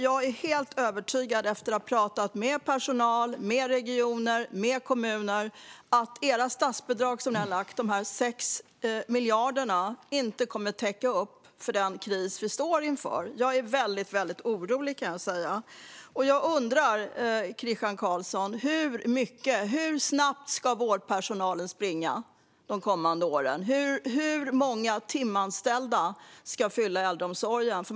Jag är helt övertygad efter att ha pratat med personal, regioner och kommuner om att era statsbidrag som ni har, de 6 miljarderna, inte kommer att täcka upp för den kris vi står inför. Jag är väldigt orolig. Jag undrar, Christian Carlsson: Hur snabbt ska vårdpersonalen springa de kommande åren? Hur många timanställda ska fylla äldreomsorgen?